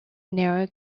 narrow